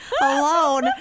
alone